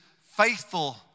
faithful